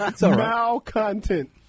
Malcontent